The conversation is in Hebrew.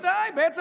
ודאי, ודאי.